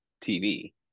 tv